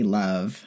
love